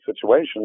situation